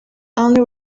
only